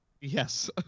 Yes